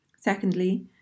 Secondly